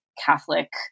Catholic